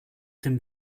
dem